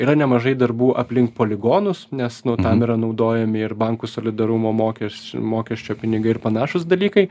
yra nemažai darbų aplink poligonus nes nu tam yra naudojami ir bankų solidarumo mokes mokesčio pinigai ir panašūs dalykai